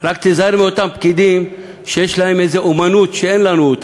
רק תיזהר מאותם פקידים שיש להם איזו אמנות שאין לנו.